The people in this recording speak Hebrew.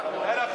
נקיים דיון כן,